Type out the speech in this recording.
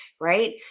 right